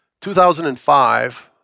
2005